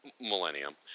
Millennium